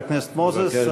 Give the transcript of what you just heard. חבר הכנסת מוזס.